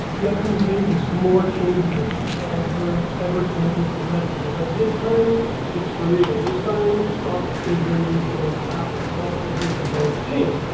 the upcoming changes, more changes, the ever ever changes in messenger. but this time it's for real. this time stuff is really going to happen. stuff is really going to change,